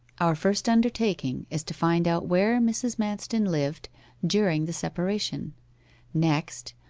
our first undertaking is to find out where mrs. manston lived during the separation next,